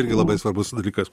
irgi labai svarbus dalykas